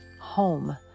home